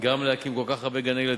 גם להקים כל כך הרבה גני-ילדים,